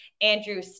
Andrew